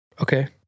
okay